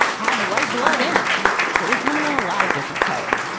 have white blood in us. so we come in a lot of different colors.